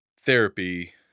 therapy